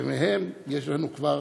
שמהם יש לנו כבר